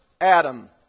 Adam